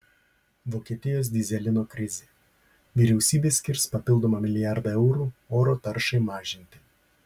vokietijos dyzelino krizė vyriausybė skirs papildomą milijardą eurų oro taršai mažinti